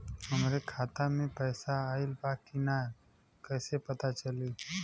हमरे खाता में पैसा ऑइल बा कि ना कैसे पता चली?